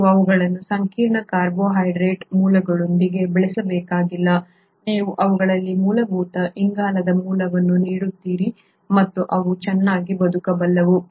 ನೀವು ಅವುಗಳನ್ನು ಸಂಕೀರ್ಣ ಕಾರ್ಬೋಹೈಡ್ರೇಟ್ ಮೂಲಗಳೊಂದಿಗೆ ಬೆಳೆಸಬೇಕಾಗಿಲ್ಲ ನೀವು ಅವುಗಳಿಗೆ ಮೂಲಭೂತ ಇಂಗಾಲದ ಮೂಲವನ್ನು ನೀಡುತ್ತೀರಿ ಮತ್ತು ಅವು ಚೆನ್ನಾಗಿ ಬದುಕಬಲ್ಲವು